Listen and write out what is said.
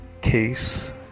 case